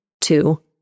two